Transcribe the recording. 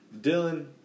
Dylan